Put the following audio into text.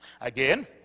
Again